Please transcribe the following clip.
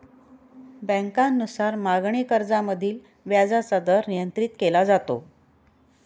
बँकांनुसार मागणी कर्जामधील व्याजाचा दर नियंत्रित केला जातो